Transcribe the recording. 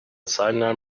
cyanide